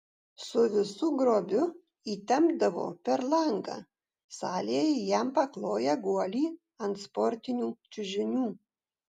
su visu grobiu įtempdavo per langą salėje jam pakloję guolį ant sportinių čiužinių